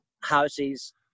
Houses